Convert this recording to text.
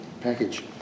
package